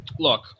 Look